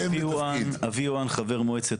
הירוקים, חבר מועצת